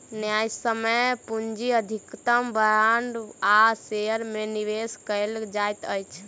न्यायसम्य पूंजी अधिकतम बांड आ शेयर में निवेश कयल जाइत अछि